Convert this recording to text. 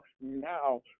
now